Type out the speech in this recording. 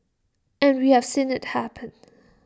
and we have seen IT happen